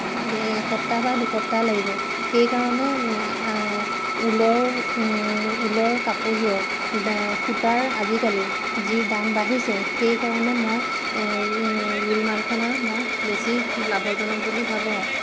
এসপ্তাহ বা দুসপ্তাহ লাগিব সেইকাৰণে ঊলৰ ঊলৰ কাপোৰযোৰত দা সূতাৰ আজিকালি যি দাম বাঢ়িছে সেইকাৰণে মই ৰু ৰুমালখনত মই বেছি লাভজনক বুলি ভাবোঁ